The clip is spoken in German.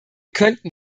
könnten